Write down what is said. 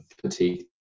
fatigue